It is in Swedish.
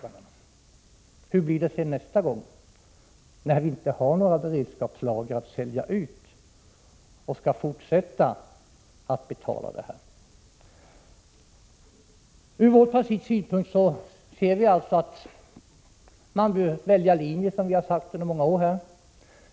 Men hur blir det nästa gång, när vi inte har några beredskapslager att sälja ut men skall fortsätta att betala? Vpk anser att man bör välja den linje som vi förordat under många år.